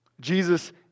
Jesus